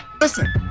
Listen